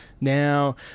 Now